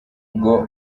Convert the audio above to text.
bwo